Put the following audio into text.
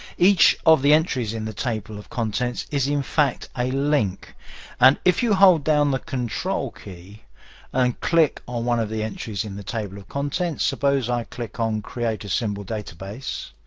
each of the entries in the table of contents is, in fact, a link and if you hold down the control key and click on one of the entries in the table of contents, suppose i click on create a simple database,